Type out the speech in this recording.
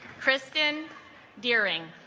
kristen deering